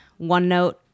OneNote